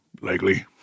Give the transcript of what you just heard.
Likely